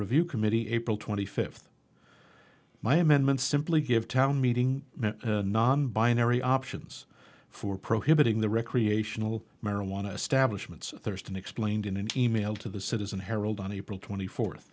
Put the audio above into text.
review committee april twenty fifth my amendment simply give town meeting non binary options for prohibiting the recreational marijuana establishment thurston explained in an email to the citizen herald on april twenty fourth